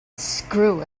screw